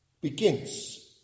begins